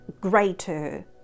greater